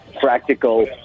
practical